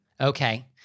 Okay